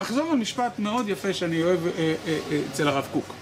אחזור על משפט מאוד יפה שאני אוהב, אצל הרב קוק.